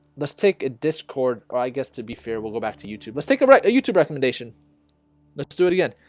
let's take a discord or i guess to be fear we'll go back to youtube. let's take a right our youtube recommendation let's do it again.